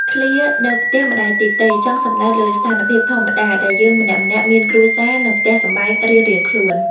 ឃ្លា «នៅផ្ទះម្ដាយទីទៃ» ចង់សម្តៅលើស្ថានភាពធម្មតាដែលយើងម្នាក់ៗមានគ្រួសារ និងផ្ទះសម្បែងរៀងៗខ្លួន។